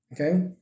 Okay